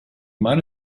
might